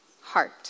heart